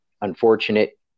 unfortunate